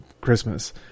Christmas